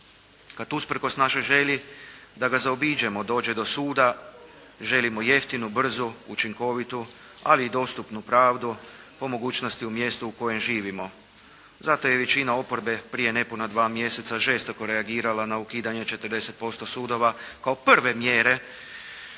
Kad usprkos našoj želji da ga zaobiđemo dođe do suda želimo jeftinu, brzu, učinkovitu, ali i dostupnu pravdu po mogućnosti u mjestu u kojem živimo. Zato je i većina oporbe prije nepuna dva mjeseca žestoko reagirala na ukidanje 40% sudova kao prve mjere